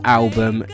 album